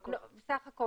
סך הכל.